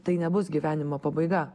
tai nebus gyvenimo pabaiga